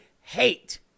hate